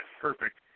perfect